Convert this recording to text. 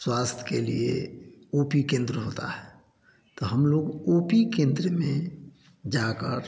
स्वास्थ्य के लिए ओ पी केंद्र होता है तो हम लोग ओ पी केंद्र में जाकर